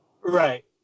Right